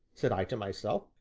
said i to myself,